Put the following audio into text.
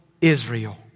Israel